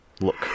look